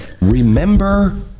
remember